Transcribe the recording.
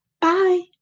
Bye